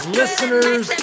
listeners